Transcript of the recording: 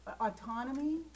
autonomy